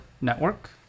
network